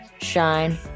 shine